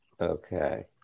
Okay